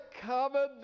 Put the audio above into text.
covered